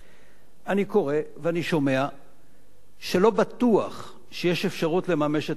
אני קורא ואני שומע שלא בטוח שיש אפשרות לממש את ההבטחה הזאת.